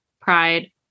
Pride